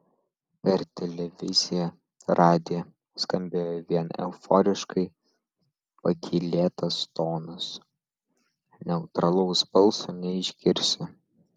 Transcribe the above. per televiziją radiją skambėjo vien euforiškai pakylėtas tonas neutralaus balso neišgirsi